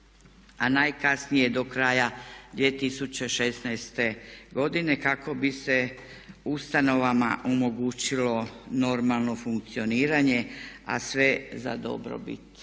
a najkasnije do kraja 2016.godine kako bi se ustanovama omogućilo normalno funkcioniranje a sve za dobrobit